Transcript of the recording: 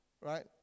Right